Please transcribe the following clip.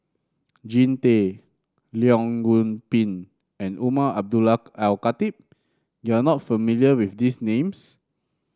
Jean Tay Leong Yoon Pin and Umar Abdullah Al Khatib You are not familiar with these names